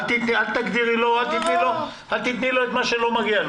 אל תתני לו את מה שלא מגיע לו.